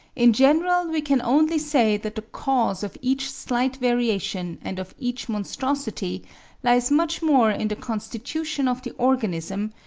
in general we can only say that the cause of each slight variation and of each monstrosity lies much more in the constitution of the organism,